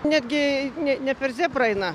netgi ne ne per zebrą eina